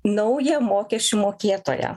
naują mokesčių mokėtoją